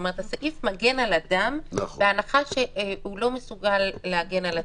הוא מגן על אדם מתוך הנחה שהאדם לא מסוגל להגן על עצמו.